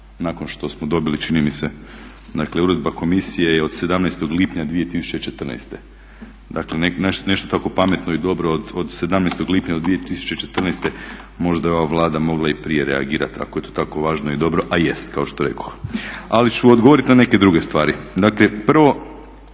nakon što smo dobili, čini mi se, dakle uredba Komisije je od 17. lipnja 2014.. Dakle nešto tako pametno i dobro od 17. lipnja od 2014. možda je ova Vlada mogla i prije reagirati ako je to tako važno i dobro a jest, kao što rekoh. Ali ću odgovoriti na neke druge stvari. Dakle prvo,